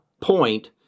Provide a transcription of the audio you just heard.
Point